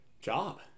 job